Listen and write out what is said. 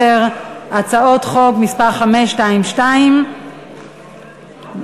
(תיקון מס' 5), התשע"ג 2012,